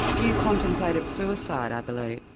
you contemplated suicide i believe?